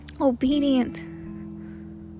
obedient